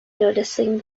noticing